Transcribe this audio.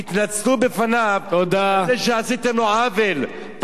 תתנצלו בפניו על זה שעשיתם לו עוול.